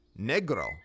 Negro